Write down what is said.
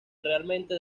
realmente